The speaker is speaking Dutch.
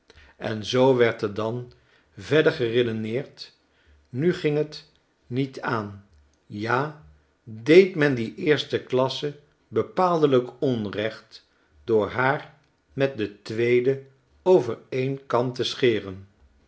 en zoo werd er dan verder geredeneerd nu ging het niet aan ja deed men die eerste klasse bepaaldelijk onrecht door haar met de tweede over een kam te scheren